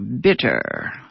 bitter